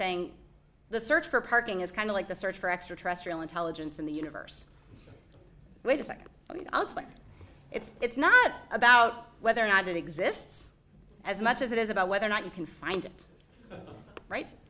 saying the search for parking is kind of like the search for extraterrestrial intelligence in the universe wait a second i mean ultimately it's not about whether or not it exists as much as it is about whether or not you can find it right